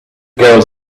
girl